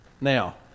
Now